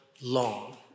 long